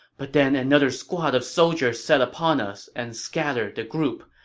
but then another squad of soldiers set upon us and scattered the group.